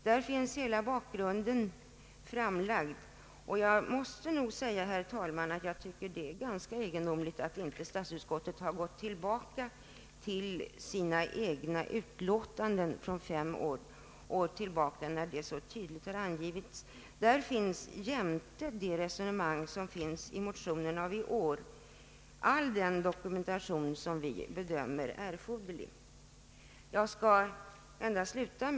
Där finns hela bakgrunden framlagd, och jag måste säga, herr talman, att det är ganska egendomligt att statsutskottet inte gått tillbaka till sitt eget utlåtande fem år tillbaka i tiden, där dessa synpunkter så tydligt har angivits. Jämte de resonemang som föres i årets motioner finns där all den dokumentation som vi bedömer såsom erforderlig. Herr talman!